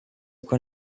con